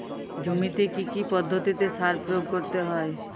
জমিতে কী কী পদ্ধতিতে সার প্রয়োগ করতে হয়?